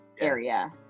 area